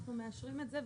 אנחנו מאשרים את זה.